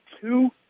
two